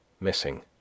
missing